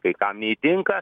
kai kam neįtinka